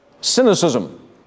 cynicism